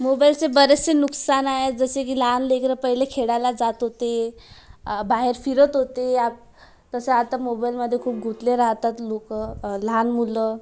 मोबाईलचे बरेचसे नुकसान आहे जसे की लहान लेकरं पहिले खेळायला जात होते बाहेर फिरत होते तसे आता मोबाईलमध्ये खूप गुंतले राहतात लोक लहान मुलं